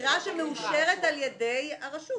בחירה שמאושרת על ידי הרשות.